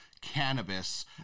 cannabis